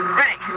ready